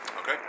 Okay